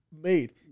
Made